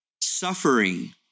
suffering